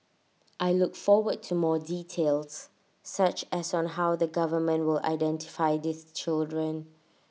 I look forward to more details such as on how the government will identify these children